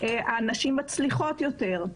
הנשים מצליחות יותר.